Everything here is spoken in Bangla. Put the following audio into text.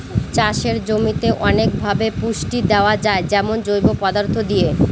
চাষের জমিতে অনেকভাবে পুষ্টি দেয়া যায় যেমন জৈব পদার্থ দিয়ে